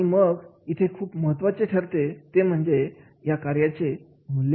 आणि मग इथे खूप महत्त्वाचे ठरते ते म्हणजे या कार्याची मूल्यमापन कसे केले